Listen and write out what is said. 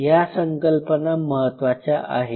या संकल्पना महत्त्वाच्या आहे